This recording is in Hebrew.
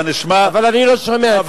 אתה נשמע, אבל אני לא שומע את עצמי.